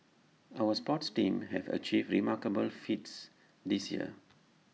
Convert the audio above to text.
our sports teams have achieved remarkable feats this year